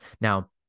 Now